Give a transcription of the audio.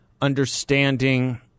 understanding